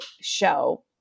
show